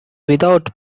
without